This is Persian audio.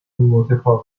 متفاوت